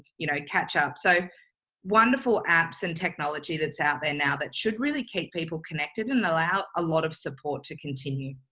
you know, catch up. so wonderful apps and technology that's out there now that should really keep people connected and allow a lot of support to continue.